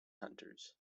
hunters